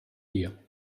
dir